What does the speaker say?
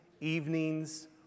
evenings